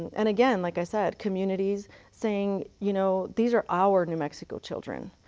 and, again, like i said, communities saying, you know, these are our new mexico children.